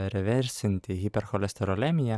reversinti hipercholesterolemiją